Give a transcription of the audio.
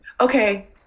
okay